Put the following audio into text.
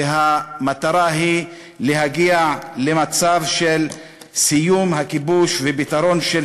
המטרה היא להגיע למצב של סיום הכיבוש ופתרון של